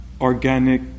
organic